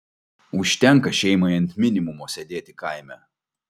užtenka šeimai ant minimumo sėdėti kaime